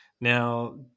Now